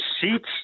seats